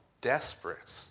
desperate